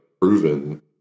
proven